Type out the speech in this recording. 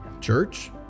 Church